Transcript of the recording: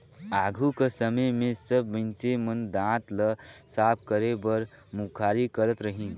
आघु कर समे मे सब मइनसे मन दात ल साफ करे बर मुखारी करत रहिन